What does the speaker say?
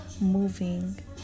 moving